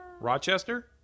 Rochester